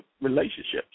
relationships